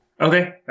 Okay